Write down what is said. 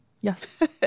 Yes